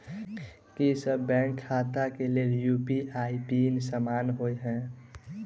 की सभ बैंक खाता केँ लेल यु.पी.आई पिन समान होइ है?